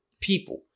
people